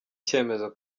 cyemezo